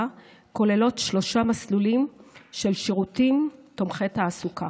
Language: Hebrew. כוללות שלושה מסלולים של שירותים תומכי תעסוקה: